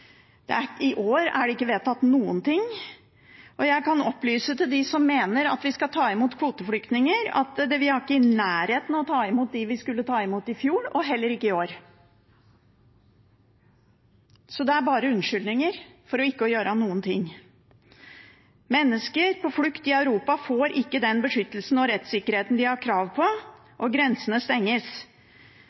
i år er det ikke vedtatt noen ting. Til dem som mener at vi skal ta imot kvoteflyktninger, kan jeg opplyse om at vi ikke er i nærheten av å ta imot de vi skulle ta imot i fjor, og heller ikke i år. Så det er bare unnskyldninger for ikke å gjøre noen ting. Mennesker på flukt i Europa får ikke den beskyttelsen og rettssikkerheten de har krav på, og grensene stenges.